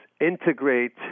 integrate